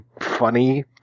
funny